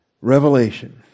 Revelation